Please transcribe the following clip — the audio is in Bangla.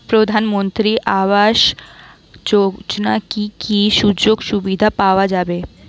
প্রধানমন্ত্রী আবাস যোজনা কি কি সুযোগ সুবিধা পাওয়া যাবে?